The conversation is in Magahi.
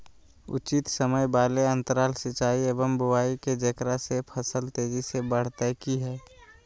उचित समय वाले अंतराल सिंचाई एवं बुआई के जेकरा से फसल तेजी से बढ़तै कि हेय?